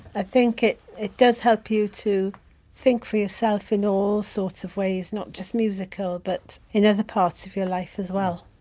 i think it it does help you to think for yourself in all sorts of ways, not just musical, but in other parts of your life as well.